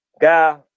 guy